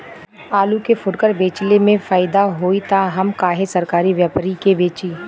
आलू के फूटकर बेंचले मे फैदा होई त हम काहे सरकारी व्यपरी के बेंचि?